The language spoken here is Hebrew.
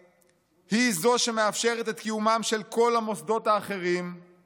היא זו שמאפשרת את קיומם של כל המוסדות האחרים בדמוקרטיה.